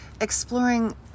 exploring